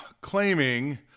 claiming